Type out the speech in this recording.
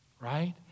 right